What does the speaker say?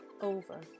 over